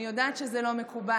ואני יודעת שזה לא מקובל.